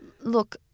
Look